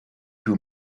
two